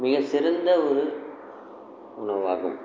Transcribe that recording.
மிகச்சிறந்த ஒரு உணவாகும்